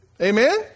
Amen